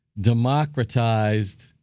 democratized